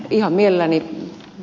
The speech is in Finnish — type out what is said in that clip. ihan mielelläni ed